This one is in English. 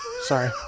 Sorry